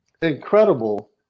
incredible